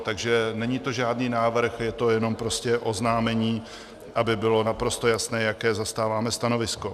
Takže není to žádný návrh, je to jenom prostě oznámení, aby bylo naprosto jasné, jaké zastáváme stanovisko.